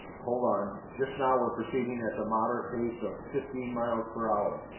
hold on. just now we're proceeding at the moderate pace of fifteen miles per hour.